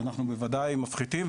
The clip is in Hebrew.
בוודאי מפחיתים,